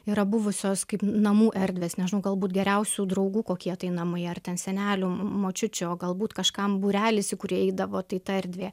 yra buvusios kaip namų erdvės nežinau galbūt geriausių draugų kokie tai namai ar ten senelių močiučių o galbūt kažkam būrelis į kurį eidavo tai ta erdvė